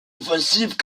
offensive